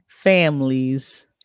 families